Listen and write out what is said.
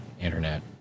internet